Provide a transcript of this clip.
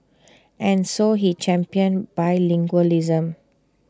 and so he championed bilingualism